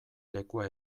lekua